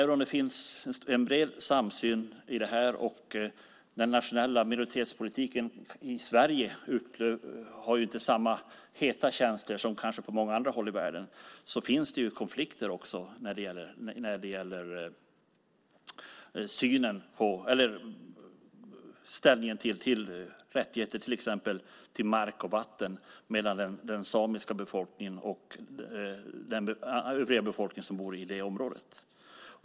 Även om det finns en bred samsyn i det här, och den nationella minoritetspolitiken i Sverige inte har att göra med samma heta känslor som på många andra håll i världen, finns det konflikter när det gäller inställningen till rättigheter exempelvis till mark och vatten mellan den samiska befolkningen och den övriga befolkningen i vissa områden.